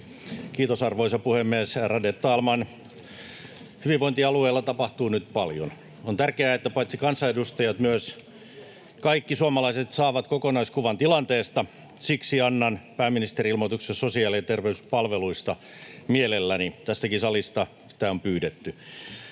Kiitos, arvoisa puhemies! Ärade talman! Hyvinvointialueilla tapahtuu nyt paljon. On tärkeää, että paitsi kansanedustajat myös kaikki suomalaiset saavat kokonaiskuvan tilanteesta. Siksi annan pääministerin ilmoituksen sosiaali- ja terveyspalveluista mielelläni. Tästäkin salista sitä on pyydetty.